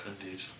Indeed